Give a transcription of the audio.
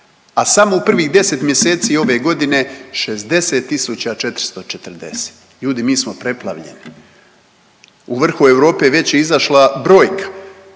a samo u prvih 10 mjeseci ove godine 60.440. Ljudi mi smo preplavljeni. U vrhu Europe već je izašla brojka,